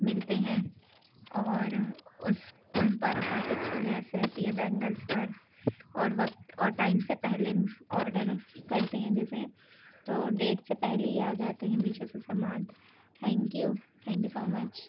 ملتے ہیں اور اس ان پر کافی اچّھی لیس رہتی ہے بینگلس پر اور وقت اور ٹائم سے پہلے آڈر کرتے ہیں جیسے تو ڈیٹ سے پہلے ہی آ جاتے ہیں میشو سے سامان thank you thank you so much